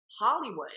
Hollywood